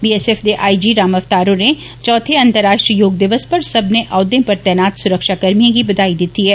BSF दे I G Ram Avtar होरें चौथे अंतर्राष्ट्रीय योग दिवस पर सब्बनें ओहदें पर तैनात सुरक्षाकर्मियें गी बधाई दित्ता ऐ